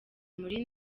muri